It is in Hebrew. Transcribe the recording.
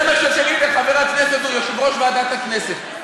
זה מה שתגיד לחבר הכנסת שהוא יושב-ראש ועדת הכנסת.